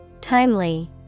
Timely